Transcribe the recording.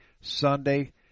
Sunday